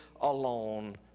alone